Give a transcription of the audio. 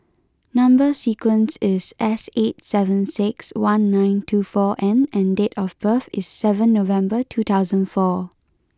number sequence is S eight seven six one nine two four N and date of birth is seven November two thousand four